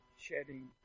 Shedding